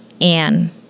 Anne